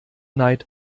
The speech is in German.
neid